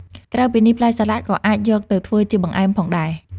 ក្រៅពីនេះ ផ្លែសាឡាក់ក៏អាចយកទៅធ្វើជាបង្អែមផងដែរ។